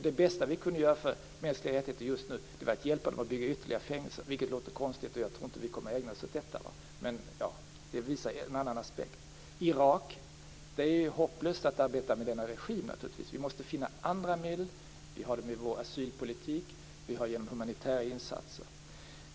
Det bästa vi kunde göra för mänskliga rättigheter just nu var att hjälpa dem att bygga ytterligare fängelser, vilket låter konstigt, och jag tror inte att vi kommer att ägna oss åt detta. Men det visar en annan aspekt. När det gäller Irak är det hopplöst att arbeta med denna regim. Vi måste finna andra medel. Vi har dem i vår asylpolitik och i humanitära insatser.